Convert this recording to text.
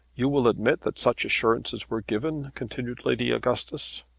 you will admit that such assurances were given? continued lady augustus.